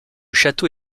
château